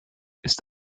ist